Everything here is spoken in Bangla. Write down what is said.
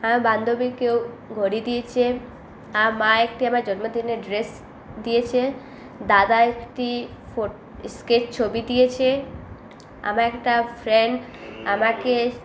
আমার বান্ধবী কেউ ঘড়ি দিয়েছে আমার মা একটি আমায় জন্মদিনে ড্রেস দিয়েছে দাদা একটি ফোট স্কেচ ছবি দিয়েছে আমার একটা ফ্রেন্ড আমাকে